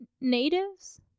natives